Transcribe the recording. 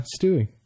Stewie